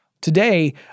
Today